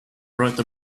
write